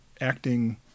acting